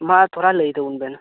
ᱢᱟ ᱛᱷᱚᱲᱟ ᱞᱟᱹᱭ ᱛᱟᱵᱚᱱ ᱵᱮᱱ